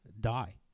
die